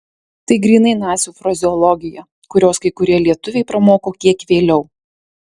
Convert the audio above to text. tai grynai nacių frazeologija kurios kai kurie lietuviai pramoko kiek vėliau